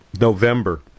November